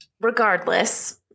regardless